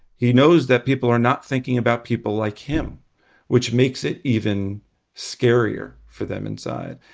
he knows that people are not thinking about people like him which makes it even scarier for them inside.